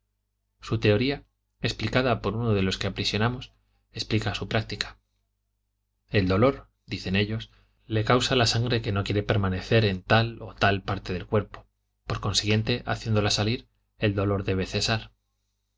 su teoría explicada por uno de los que aprisionamos explica su práctica el dolor dicen ellos le causa la sangre que no quiere permanecer en tal o tal parte del cuerpo por consiguiente haciéndola salir el dolor debe